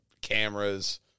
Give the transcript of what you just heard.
cameras